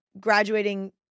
graduating